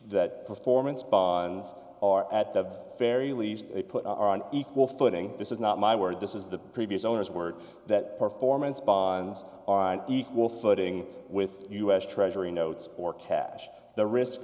that performance bonds are at the very least they put are on equal footing this is not my word this is the previous owners word that performance bonds are on equal footing with us treasury notes or cash the risk